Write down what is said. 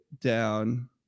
down